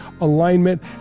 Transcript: alignment